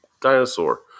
dinosaur